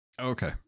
Okay